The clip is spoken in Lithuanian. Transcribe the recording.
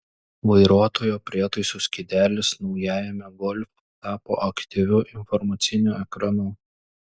vairuotojo prietaisų skydelis naujajame golf tapo aktyviu informaciniu ekranu